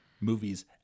movies